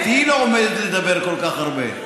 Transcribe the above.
איתי היא לא עומדת לדבר כל כך הרבה.